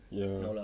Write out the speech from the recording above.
ya